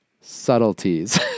subtleties